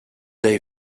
day